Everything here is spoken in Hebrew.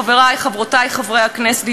חברי וחברותי חברי הכנסת,